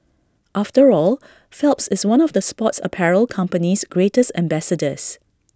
after all Phelps is one of the sports apparel company's greatest ambassadors